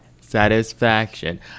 satisfaction